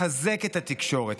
לחזק את התקשורת,